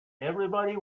everybody